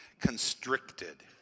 constricted